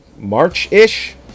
March-ish